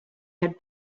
had